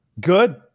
Good